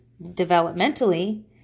developmentally